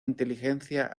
inteligencia